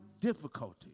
difficulty